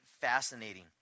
fascinating